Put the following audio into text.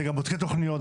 זה גם בודקי תוכניות,